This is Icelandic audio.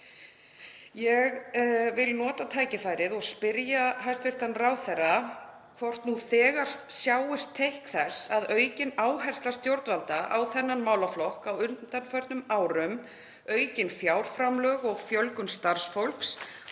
Ég vil nota tækifærið og spyrja hæstv. ráðherra hvort nú þegar sjáist teikn þess að aukin áhersla stjórnvalda á þennan málaflokk á undanförnum árum, aukin fjárframlög og fjölgun starfsfólks